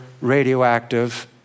radioactive